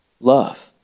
love